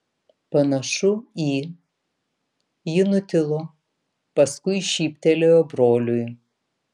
panašu į ji nutilo paskui šyptelėjo broliui